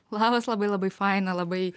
labas labai labai faina labai